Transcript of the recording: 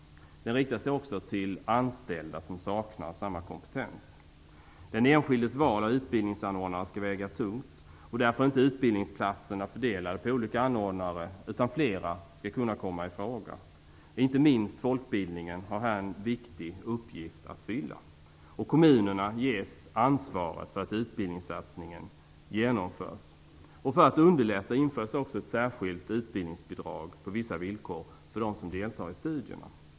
Den riktar sig också till anställda som saknar samma kompetens. Den enskildes val av utbildningsanordnare skall väga tungt. Därför är inte utbildningsplatserna fördelade på olika anordnare, utan flera skall kunna komma i fråga. Inte minst folkbildningen har här en viktig uppgift att fylla. Kommunerna ges ansvaret för att utbildningssatsningen genomförs. För att underlätta införs också ett särskilt utbildningsbidrag på vissa villkor för dem som deltar i studierna.